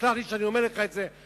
תסלח לי שאני אומר לך את זה,